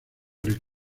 greco